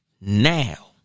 now